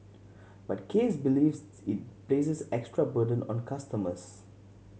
but Case believes it places extra burden on customers